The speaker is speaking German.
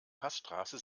passstraße